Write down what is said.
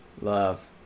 Love